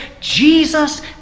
Jesus